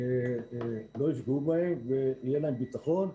לא יפגעו בהן ויהיה להן ביטחון.